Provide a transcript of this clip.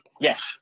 Yes